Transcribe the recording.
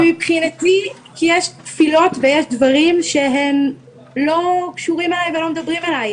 כי מבחינתי יש תפילות ויש דברים שהם לא קשורים אליי ולא מדברים אליי,